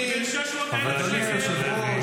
בפעם שעברה לא הפגנת.